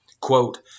Quote